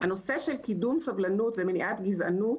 הנושא של קידום סובלנות ומניעת גזענות